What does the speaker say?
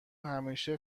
همیشه